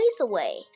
away